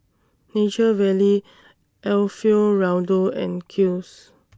Nature Valley Alfio Raldo and Kiehl's